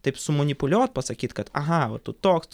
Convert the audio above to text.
taip sumanipuliuot pasakyt aha vat tu toks